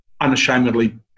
unashamedly